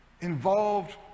involved